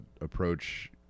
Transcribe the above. approach